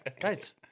Guys